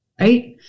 right